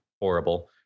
horrible